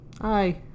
Hi